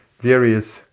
various